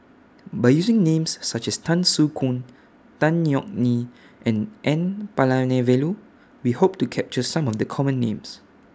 By using Names such as Tan Soo Khoon Tan Yeok Nee and N Palanivelu We Hope to capture Some of The Common Names